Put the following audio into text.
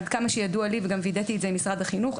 עד כמה שידוע לי וגם וידאתי את זה עם משרד החינוך,